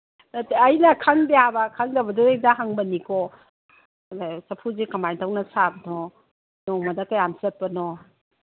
ꯅꯠꯇꯦ ꯑꯩꯅ ꯈꯪꯗꯦ ꯍꯥꯏꯕ ꯈꯪꯗꯕꯒꯤ ꯑꯗꯨꯗ ꯍꯪꯕꯅꯤꯀꯣ ꯆꯐꯨꯁꯦ ꯀꯔꯃꯥꯏ ꯇꯧꯅ ꯁꯥꯕꯅꯣ ꯅꯣꯡꯃꯗ ꯀꯌꯥꯝ ꯆꯠꯄꯅꯣ